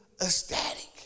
ecstatic